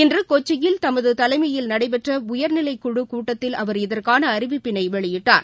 இன்றுகொச்சியில் தமதுதலைமையில் நடைபெற்றஉயர்நிலைக்குழுகூட்டத்தில் அவர் இதற்கான அறிவிப்பினைவெளியிட்டார்